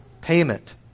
Payment